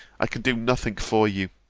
i can do nothing for you.